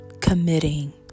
committing